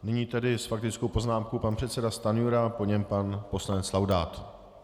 Nyní tedy s faktickou poznámkou pan předseda Stanjura, po něm pan poslanec Laudát.